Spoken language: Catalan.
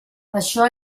això